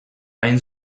hain